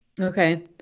Okay